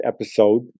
episode